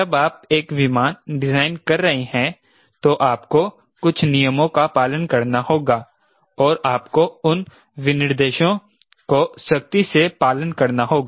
जब आप एक विमान डिजाइन कर रहे हैं तो आपको कुछ नियमों का पालन करना होगा और आपको उन विनिर्देशों का सख्ती से पालन करना होगा